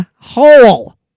hole